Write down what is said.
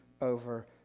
over